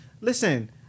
Listen